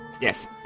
Yes